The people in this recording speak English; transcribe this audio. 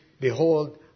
Behold